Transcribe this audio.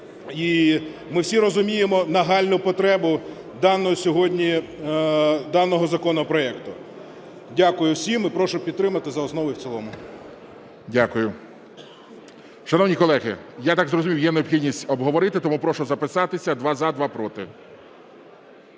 І ми всі розуміємо нагальну потребу даного сьогодні законопроекту. Дякую всім. І прошу підтримати за основу і в цілому. ГОЛОВУЮЧИЙ. Дякую. Шановні колеги! Я так зрозумів є необхідність обговорити, тому прошу записатися: два – за, два – проти.